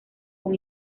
con